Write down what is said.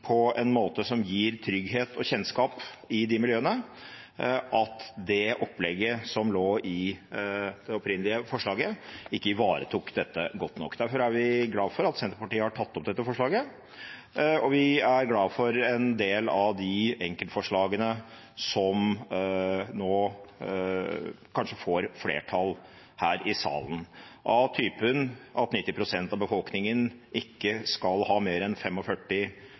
på en måte som gir trygghet og kjennskap i de miljøene, og at det opplegget som lå i det opprinnelige forslaget, ikke ivaretok dette godt nok. Derfor er vi glad for at Senterpartiet har tatt opp dette representantforslaget, og vi er glad for en del av de enkeltforslagene som nå kanskje får flertall her i salen – av typen at 90 pst. av befolkningen ikke skal ha mer enn